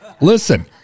Listen